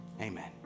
Amen